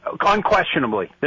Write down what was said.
unquestionably